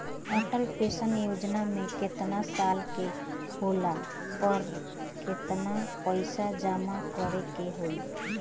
Atal pension Yojana मे केतना साल के होला पर केतना पईसा जमा करे के होई?